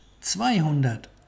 Zweihundert